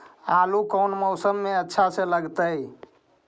आलू कौन मौसम में अच्छा से लगतैई?